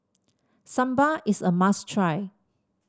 sambar is a must try